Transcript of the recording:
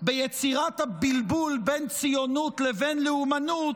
ביצירת הבלבול בין ציונות לבין לאומנות,